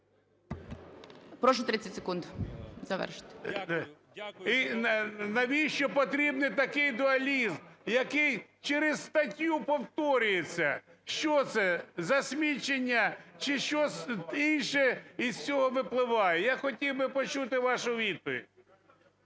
Прошу, 30 секунд завершити. НІМЧЕНКО В.І. І навіщо потрібний такий дуалізм, який через статтю повторюється? Що це, засмічення чи щось інше із цього випливає? Я хотів би почути вашу відповідь.